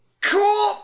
cool